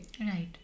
Right